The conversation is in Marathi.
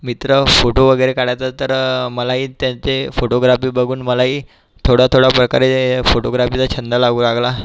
मित्र फोटो वगैरे काढायचा तर मलाही त्यांचे फोटोग्राफी बघून मलाही थोड्या थोड्या प्रकारे फोटोग्राफीचा छंद लागू लागला